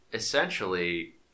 Essentially